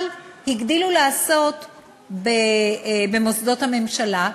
אבל הגדילו לעשות במוסדות הממשלה,